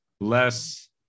less